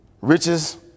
Riches